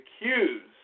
accused